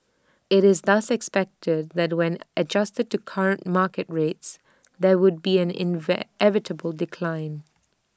IT is thus expected that when adjusted to current market rates there would be an invent decline